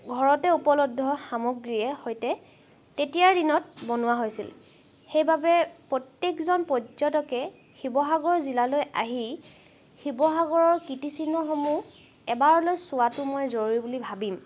ঘৰতে উপলব্ধ সামগ্ৰীৰে সৈতে তেতিয়াৰ দিনত বনোৱা হৈছিল সেইবাবে প্ৰত্যেকজন পৰ্যটকে শিৱসাগৰ জিলালৈ আহি শিৱসাগৰৰ কীৰ্তিচিহ্নসমূহ এবাৰলৈ চোৱাটো মই জৰুৰী বুলি ভাবিম